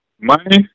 money